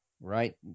right